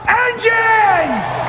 engines